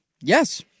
Yes